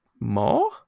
More